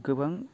गोबां